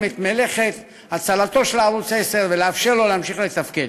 את מלאכת הצלתו של ערוץ 10 ולאפשר לו להמשיך לתפקד.